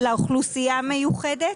לאוכלוסייה המיוחדת.